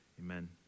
amen